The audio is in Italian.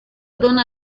dona